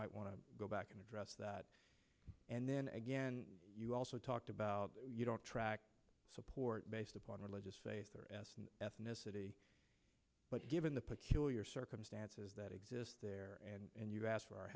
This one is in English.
might want to go back and address that and then again you also talked about you don't track support based upon religious faith or ethnicity but given the peculiar circumstances that exist there and you ask for our